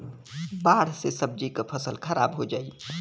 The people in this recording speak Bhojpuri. बाढ़ से सब्जी क फसल खराब हो जाई